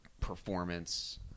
performance